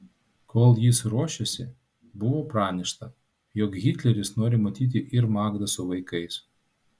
kol jis ruošėsi buvo pranešta jog hitleris nori matyti ir magdą su vaikais